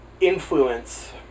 influence